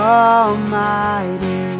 almighty